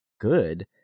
good